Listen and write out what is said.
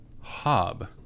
hob